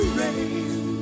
rain